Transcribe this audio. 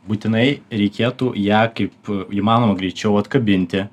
būtinai reikėtų ją kaip įmanoma greičiau atkabinti